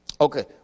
Okay